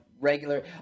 regular